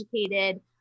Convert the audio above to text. educated